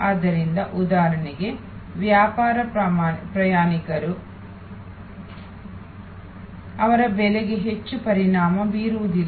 ಆದ್ದರಿಂದ ಉದಾಹರಣೆಗೆ ವ್ಯಾಪಾರ ಪ್ರಯಾಣಿಕರು ಅವರು ಬೆಲೆಗೆ ಹೆಚ್ಚು ಪರಿಣಾಮ ಬೀರುವುದಿಲ್ಲ